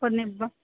पोइ निब